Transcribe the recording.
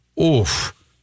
Oof